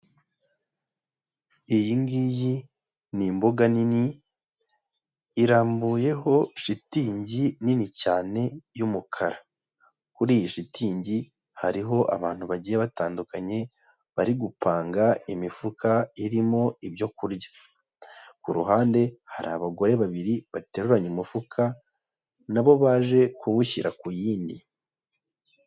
Iyi ngiyi, ni imbuga nini, irambuyeho shitingi nini cyane y'umukara. Kuri iyi shitingi, hariho abantu bagiye batandukanye, bari gupanga imifuka irimo ibyo kurya. Ku ruhande, hari abagore babiri bateruranye umufuka, na bo baje kuwushyira ku yindi.